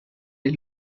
des